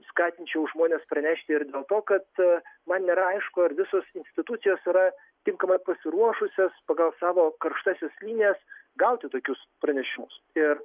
skatinčiau žmones pranešti ir dėl to kad man nėra aišku ar visos institucijos yra tinkamai pasiruošusios pagal savo karštąsias linijas gauti tokius pranešimus ir